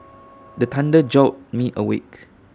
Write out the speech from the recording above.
the thunder jolt me awake